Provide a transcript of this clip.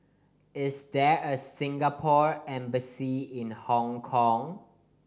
is there a Singapore Embassy in Hong Kong